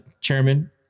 chairman